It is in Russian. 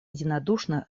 единодушно